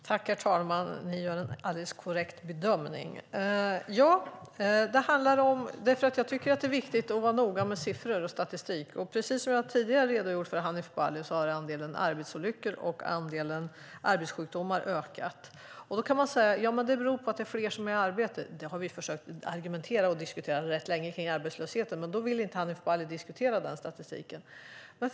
Herr talman! Jag tycker att det är viktigt att vara noga med siffror och statistik. Precis som jag tidigare har redogjort för, Hanif Bali, har andelen arbetsolyckor och andelen arbetssjukdomar ökat. Man kan säga att det beror på att det är fler som är i arbete. Vi har försökt att argumentera och diskutera rätt länge kring arbetslösheten, men då vill inte Hanif Bali diskutera den statistiken.